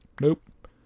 nope